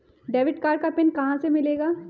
Debit card का pin कहां से मिलेगा?